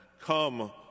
come